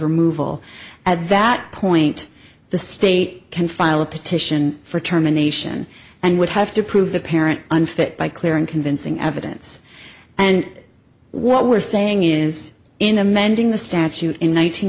removal at that point the state can file a petition for term a nation and would have to prove the parent unfit by clear and convincing evidence and what we're saying is in amending the statute in